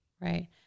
Right